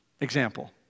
example